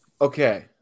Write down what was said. Okay